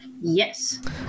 Yes